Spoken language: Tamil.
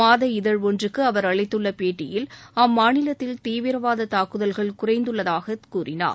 மாத இதழ் ஒன்றுக்கு அவர் அளித்துள்ள பேட்டியில் அம்மாநிலத்தில் தீவிரவாத தாக்குதல்கள் குறைந்துள்ளதாக கூறினார்